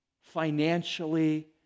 financially